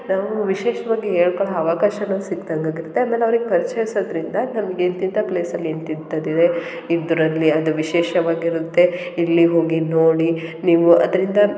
ನಾವು ವಿಶೇಷವಾಗಿ ಹೇಳ್ಕೊಳೋ ಆವಕಾಶಗಳು ಸಿಕ್ದಂಗೆ ಆಗುತ್ತೆ ಆಮೇಲೆ ಅವ್ರಿಗೆ ಪರಿಚಯಿಸೋದರಿಂದ ನಮಗೆ ಇಂಥಿಂಥ ಪ್ಲೇಸಲ್ಲಿ ಇಂಥಿಂಥದ್ದು ಇದೆ ಇದರಲ್ಲಿ ಅದು ವಿಶೇಷವಾಗಿರುತ್ತೆ ಇಲ್ಲಿ ಹೋಗಿ ನೋಡಿ ನೀವು ಅದರಿಂದ